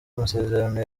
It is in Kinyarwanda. amasezerano